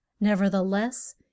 nevertheless